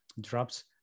drops